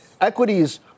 equities